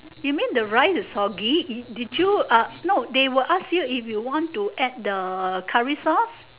you mean the rice is soggy did you no they will ask you if you want to add the curry sauce